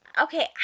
okay